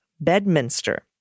Bedminster